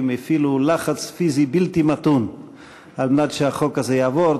הפעילו לחץ פיזי בלתי מתון על מנת שהחוק הזה יעבור,